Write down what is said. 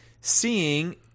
seeing